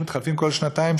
בכנסת מתחלפים כל שנתיים-שלוש,